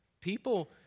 people